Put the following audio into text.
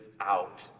out